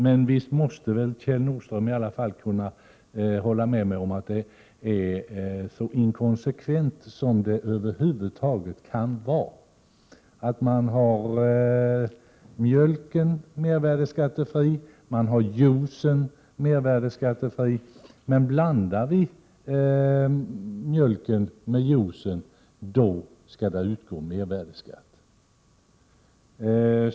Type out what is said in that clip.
Men visst måste väl Kjell Nordström hålla med om att det är så inkonsekvent som det över huvud taget kan vara att mjölken är mervärdeskattefri, juicen är mervärdeskattefri, men blandar man mjölk med juice skall det utgå mervärdeskatt!